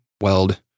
weld